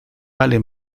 vale